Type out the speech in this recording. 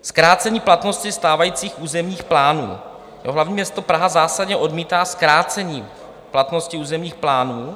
Zkrácení platnosti stávajících územních plánů: hlavní město Praha zásadně odmítá zkrácení platnosti územních plánů.